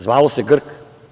Zvalo se Grk.